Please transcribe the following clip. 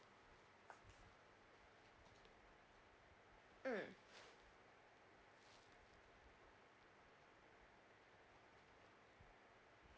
um